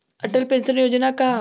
Atal pension योजना का ह?